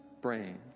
brain